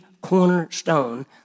cornerstone